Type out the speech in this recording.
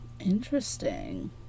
Interesting